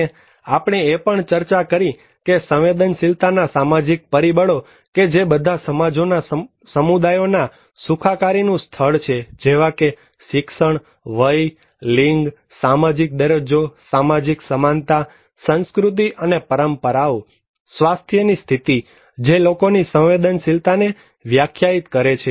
અને આપણે એ પણ ચર્ચા કરી છે કે સંવેદનશીલતાના સામાજિક પરિબળો કે જે બધા સમાજોના સમુદાયોના સુખાકારીનું સ્થળ છે જેવા કે શિક્ષણ વય લિંગ સામાજીક દરજ્જો સામાજીક સમાનતા સંસ્કૃતિ અને પરંપરાઓ સ્વાસ્થ્ય ની સ્થિતિ જે લોકોની સંવેદનશીલતાને વ્યાખ્યાયિત કરે છે